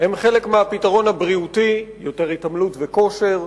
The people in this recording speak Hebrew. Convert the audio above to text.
הם חלק מהפתרון הבריאותי, יותר התעמלות וכושר,